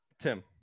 Tim